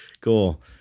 Cool